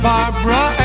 Barbara